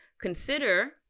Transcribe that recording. consider